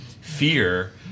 fear